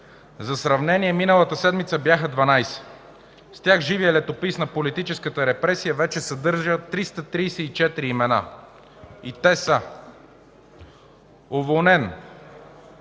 За сравнение – миналата седмица бяха 12. С тях живият летопис на политическата репресия вече съдържа 334 имена и те са: Уволнен